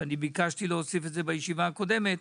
וביקשתי להוסיף את זה בישיבה הקודמת,